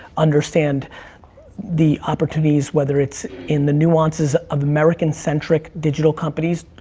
understand the opportunities, whether it's in the nuances of american-centric digital companies,